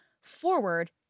forward